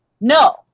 No